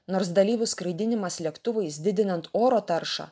nors dalyvių skraidinimas lėktuvais didinant oro taršą